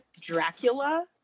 Dracula